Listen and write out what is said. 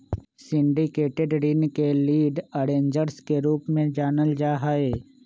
syndicated ऋण के lead arrangers के रूप में जानल जा हई